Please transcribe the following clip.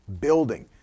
building